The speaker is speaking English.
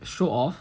show off